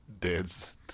dance